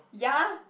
ya